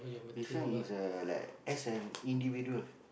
this one is uh like as an individual